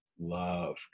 love